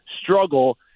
struggle